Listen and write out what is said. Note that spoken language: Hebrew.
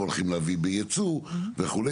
והולכים להביא בייצוא וכולה.